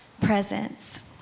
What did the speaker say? presence